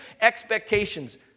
expectations